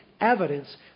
evidence